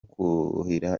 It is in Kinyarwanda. kuhira